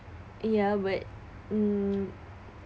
ya but mm